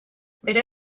bere